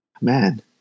Man